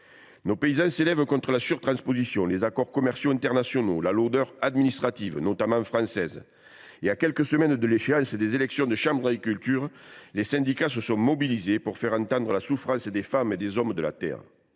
Nos paysans s’élèvent contre la surtransposition, les accords commerciaux internationaux et la lourdeur administrative, notamment française. À quelques semaines des élections des chambres d’agriculture, les syndicats se sont mobilisés pour faire entendre la souffrance des femmes et des hommes de la terre.